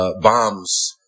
bombs